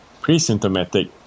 Pre-symptomatic